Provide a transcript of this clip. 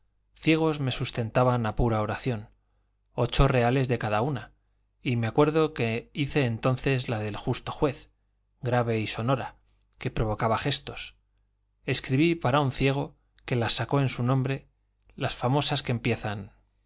ciegos me sustentaban a pura oración ocho reales de cada una y me acuerdo que hice entonces la del justo juez grave y sonorosa que provocaba a gestos escribí para un ciego que las sacó en su nombre las famosas que empiezan